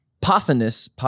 Pothinus